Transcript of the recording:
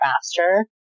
faster